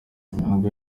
imihango